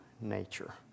nature